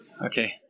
Okay